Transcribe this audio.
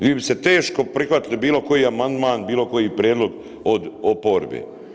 Vi bi se teško prihvatili bilo koji amandman, bilo koji prijedlog od oporbe.